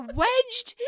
wedged